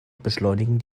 beschleunigen